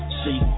see